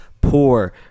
poor